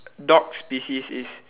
dog species is